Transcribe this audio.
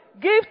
Give